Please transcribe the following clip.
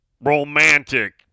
romantic